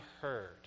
heard